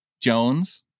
Jones